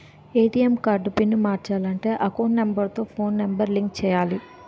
ATM card pin మార్చాలంటే account number తో phone number link చేయాలి